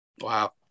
Wow